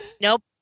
Nope